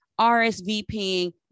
RSVPing